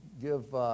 give